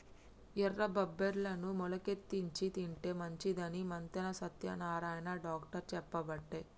ఎర్ర బబ్బెర్లను మొలికెత్తిచ్చి తింటే మంచిదని మంతెన సత్యనారాయణ డాక్టర్ చెప్పబట్టే